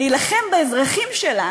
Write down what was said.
להילחם באזרחים שלה,